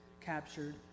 captured